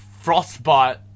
Frostbite